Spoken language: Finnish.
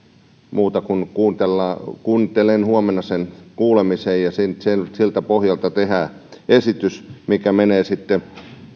muuta kuin kuuntelen huomenna sen kuulemisen ja siltä pohjalta tehdään esitys joka menee sitten